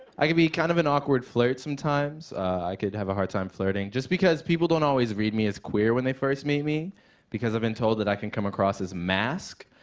i can be kind of an awkward flirt sometimes. i can have a hard time flirting, just because people don't always read me as queer when they first meet me because i've been told that i can come across as masc,